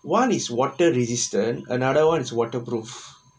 one is water resistant another one is water proof